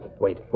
wait